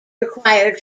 required